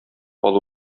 алу